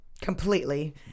completely